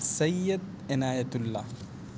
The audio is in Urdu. سید عنایت اللہ